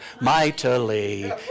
mightily